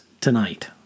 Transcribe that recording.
tonight